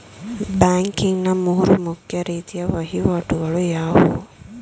Banking ನ ಮೂರು ಮುಖ್ಯ ರೀತಿಯ ವಹಿವಾಟುಗಳು ಯಾವುವು?